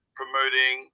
promoting